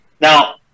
Now